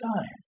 time